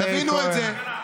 חברים, תבינו את זה.